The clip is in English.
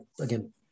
again